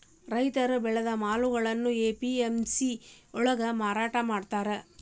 ರೈತ ಬೆಳೆದ ಮಾಲುಗಳ್ನಾ ಎ.ಪಿ.ಎಂ.ಸಿ ಯೊಳ್ಗ ಮಾರಾಟಮಾಡ್ತಾರ್